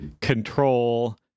control